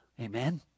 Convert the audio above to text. Amen